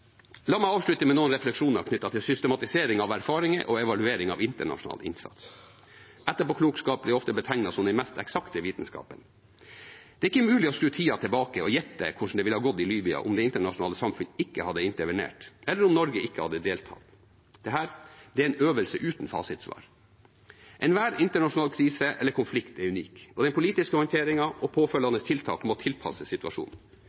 La meg avslutte med noen refleksjoner knyttet til systematisering av erfaringer og evaluering av internasjonal innsats. Etterpåklokskap blir ofte betegnet som den mest eksakte vitenskap. Det er ikke mulig å skru tida tilbake og gjette hvordan det ville gått i Libya om det internasjonale samfunn ikke hadde intervenert, eller om Norge ikke hadde deltatt. Dette er en øvelse uten fasitsvar. Enhver internasjonal krise eller konflikt er unik, og den politiske håndteringen og påfølgende tiltak må tilpasses situasjonen.